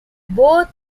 both